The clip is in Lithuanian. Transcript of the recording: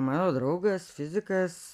mano draugas fizikas